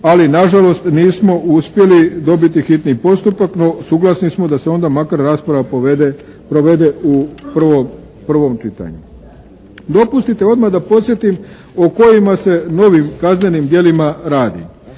ali nažalost nismo uspjeli dobiti hitni postupak no suglasni smo se da se onda makar rasprava provede u prvom čitanju. Dopustite odmah da podsjetim o kojima se novim kaznenim djelima radi?